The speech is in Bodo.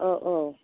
औ औ